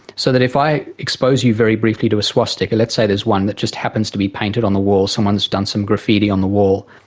so that if i expose you very briefly to a swastika, let's say there is one that just happens to be painted on the wall, someone has done some graffiti on the wall,